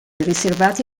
riservati